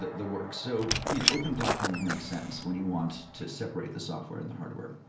the the work. so you know open platforms makes sense when you want to separate the software and the hardware.